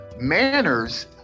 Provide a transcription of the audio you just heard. manners